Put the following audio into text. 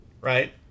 right